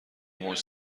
موج